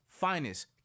Finest